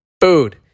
Food